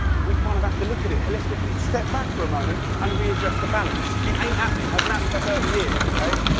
we kind of have to look at it holistically step back for a moment, and re-address the balance. it i mean hasn't happened for thirty years, ok?